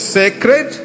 sacred